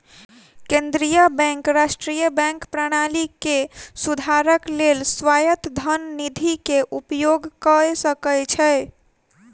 केंद्रीय बैंक राष्ट्रीय बैंक प्रणाली के सुधारक लेल स्वायत्त धन निधि के उपयोग कय सकै छै